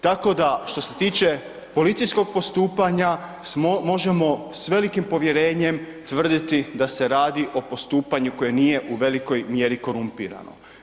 Tako da što se tiče policijskog postupanja možemo s velikim povjerenjem tvrditi da se radi o postupanju koje nije u velikoj mjeri korumpirano.